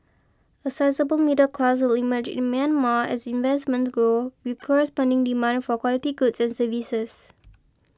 a sizeable middle class will emerge in Myanmar as investments grow with corresponding demand for quality goods and services